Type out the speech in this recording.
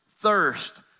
thirst